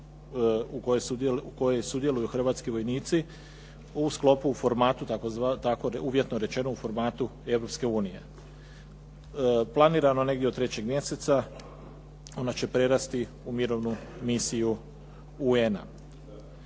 u kojoj sudjeluju hrvatski vojnici u sklopu, u formatu tako uvjetno rečeno u formatu Europske unije. Planirano negdje od trećeg mjeseca onda će prerasti u mirovnu misiju UN-a.